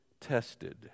tested